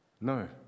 No